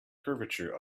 curvature